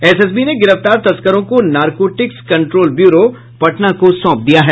SSB ने गिरफ्तार तस्करों को नारकोटिक्स कंट्रोल ब्यूरो पटना को सौंप दिया है